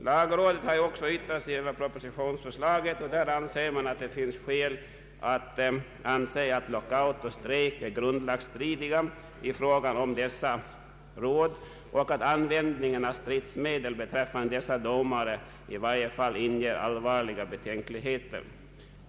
Lagrådet har också yttrat sig över propositionsförslaget och uttalar att det finns skäl att anse att lockout och strejk är grundlagsstridiga i fråga om justitieråd och regeringsråd och att användningen av stridsmedel beträffande dessa domare i varje fall inger allvarliga betänkligheter.